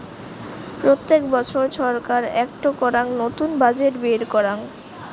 প্রত্যেক বছর ছরকার একটো করাং নতুন বাজেট বের করাং